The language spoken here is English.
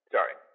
Sorry